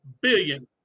billion